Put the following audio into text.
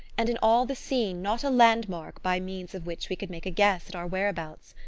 and in all the scene not a landmark by means of which we could make a guess at our whereabouts.